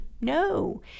No